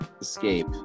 escape